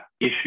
issue